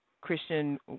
Christian